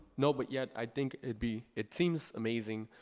no, but yeah, i think it'd be, it seems amazing.